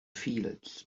fields